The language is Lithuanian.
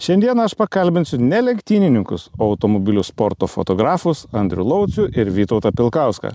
šiandieną aš pakalbinsiu ne lenktynininkus o automobilių sporto fotografus andrių laucių ir vytautą pilkauską